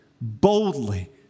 boldly